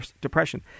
Depression